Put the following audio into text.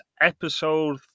episode